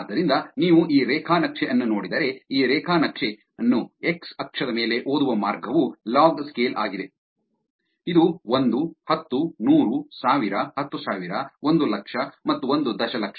ಆದ್ದರಿಂದ ನೀವು ಈ ರೇಖಾ ನಕ್ಷೆ ಅನ್ನು ನೋಡಿದರೆ ಈ ರೇಖಾ ನಕ್ಷೆ ಅನ್ನು ಎಕ್ಸ್ ಅಕ್ಷದ ಮೇಲೆ ಓದುವ ಮಾರ್ಗವು ಲಾಗ್ ಸ್ಕೇಲ್ ಆಗಿದೆ ಇದು ಒಂದು ಹತ್ತು ನೂರು ಸಾವಿರ ಹತ್ತು ಸಾವಿರ ಒಂದು ಲಕ್ಷ ಮತ್ತು ಒಂದು ದಶಲಕ್ಷ